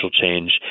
change